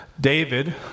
David